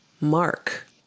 Mark